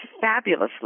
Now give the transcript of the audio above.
fabulously